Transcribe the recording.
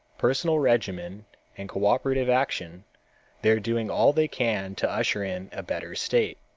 personal regimen and cooperative action they are doing all they can to usher in a better state.